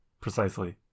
precisely